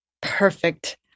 Perfect